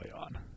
on